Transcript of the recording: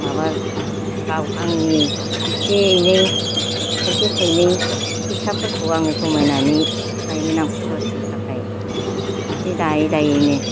माबा गाव आंनि इसे एनै थाइसे थाइनै फैसाफोरखौ आं जमायनानै लायोमोन आं खरसनि थाखाय सि दायै दायैनो